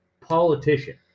politician